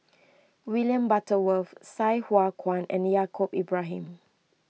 William Butterworth Sai Hua Kuan and Yaacob Ibrahim